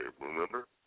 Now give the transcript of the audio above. remember